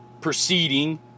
proceeding